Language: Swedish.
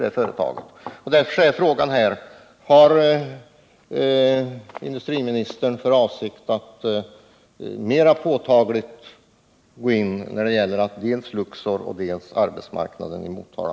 Därför är min fråga nu: Harindustriministern för avsikt att mera påtagligt ingripa när det gäller dels Luxor, dels arbetsmarknaden i Motala?